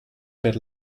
per